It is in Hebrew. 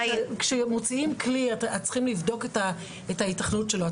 כשמוציאים כלי, צריכים לבדוק את הייתכנות שלו.